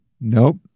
Nope